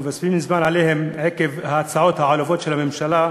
שאנחנו מבזבזים את הזמן עליהם עקב ההצעות העלובות של הממשלה,